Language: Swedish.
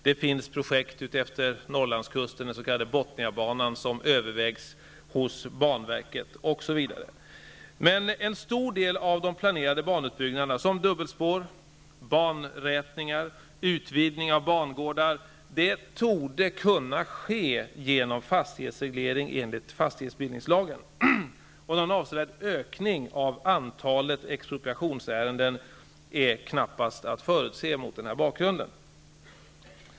Det finns projekt utefter Norrlandskusten, den s.k. Bothniabanan som banverket har att ta ställning till, osv. En stor del av det planerade banutbyggandet, som dubbelspår, banrätningar, utvidgning av bangårdar torde kunna ske genom fastighetsreglering enligt fastighetsbildningslagen. Någon avservärd ökning av antalet expropriationsärenden är knappast att förutse mot denna bakgrund.